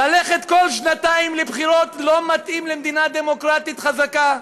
ללכת כל שנתיים לבחירות לא מתאים למדינה דמוקרטית חזקה.